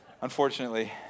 Unfortunately